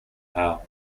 how